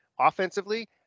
offensively